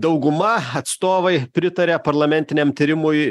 dauguma atstovai pritaria parlamentiniam tyrimui